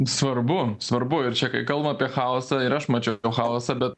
svarbu svarbu ir čia kai kalbam apie chaosą ir aš mačiau chaosą bet